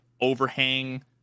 overhang